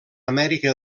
amèrica